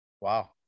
Wow